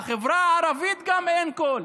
גם לחברה הערבית אין קול.